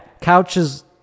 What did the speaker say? couches